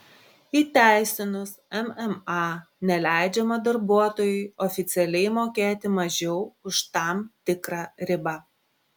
įteisinus mma neleidžiama darbuotojui oficialiai mokėti mažiau už tam tikrą ribą